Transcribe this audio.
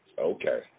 Okay